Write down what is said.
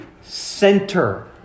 center